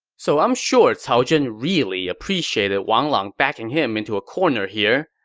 so i'm sure cao zhen really appreciated wang lang backing him into a corner here,